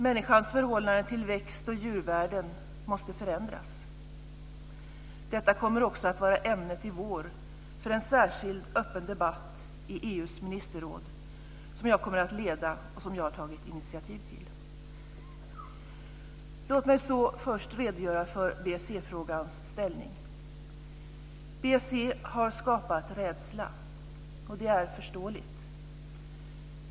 Människans förhållande till växt och djurvärlden måste förändras. Detta kommer också att vara ämnet i vår för en särskild öppen debatt i EU:s ministerråd som jag kommer att leda och som jag har tagit initiativ till. Låt mig så först redogöra för BSE-frågans ställning. BSE har skapat rädsla, och det är förståeligt.